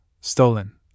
stolen